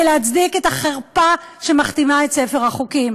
להצדיק את החרפה שמכתימה את ספר החוקים.